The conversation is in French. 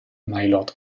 mylord